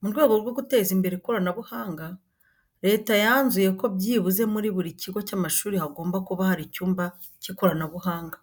Mu rwego rwo guteza imbere ikoranabuhanga, Leta yanzuye ko byibuze muri buri kigo cy'amashuri hagomba buka hari icyumba cy'ikoranabuhanga.